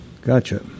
Gotcha